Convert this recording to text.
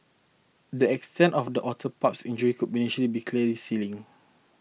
the extent of the otter pup's injury could initially be clearly seen